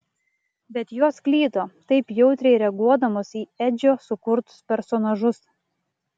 bet jos klydo taip jautriai reaguodamos į edžio sukurtus personažus